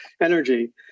energy